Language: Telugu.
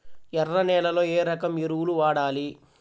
ఎర్ర నేలలో ఏ రకం ఎరువులు వాడాలి?